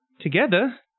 together